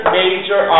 major